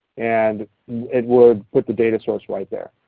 and it will put the data source right there.